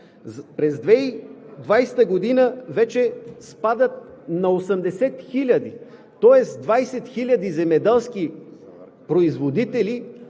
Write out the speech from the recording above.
През 2020 г. вече спадат на 80 хиляди, тоест 20 хиляди земеделски производители